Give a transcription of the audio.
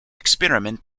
experiment